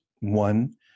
One